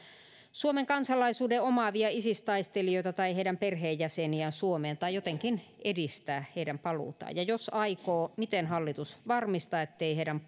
suomen kansalaisuuden omaavia isis taistelijoita tai heidän perheenjäseniään suomeen tai jotenkin edistää heidän paluutaan ja jos aikoo miten hallitus varmistaa ettei heidän